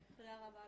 תודה רבה לך.